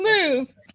move